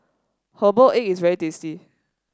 Herbal Egg is very tasty